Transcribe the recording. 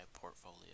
portfolio